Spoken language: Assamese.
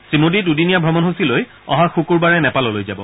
শ্ৰীমোডী দুদিনীয়া ভ্ৰমণসূচী লৈ অহা শুকূৰবাৰে নেপাললৈ যাব